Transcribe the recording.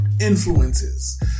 influences